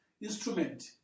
instrument